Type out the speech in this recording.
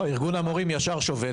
זה בעצם בלי לפגוע במסגרת התקציב,